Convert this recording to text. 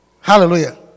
Hallelujah